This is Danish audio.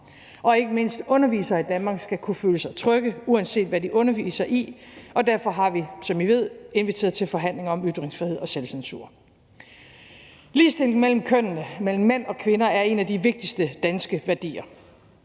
Ikke mindst undervisere i Danmark skal kunne føle sig trygge, uanset hvad de underviser i, og derfor har vi, som I ved, inviteret til forhandlinger om ytringsfrihed og selvcensur. Kl. 10:09 Ligestilling mellem kønnene, mellem mænd og kvinder, er en af de vigtigste danske værdier.